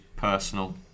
Personal